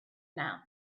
now